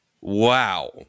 Wow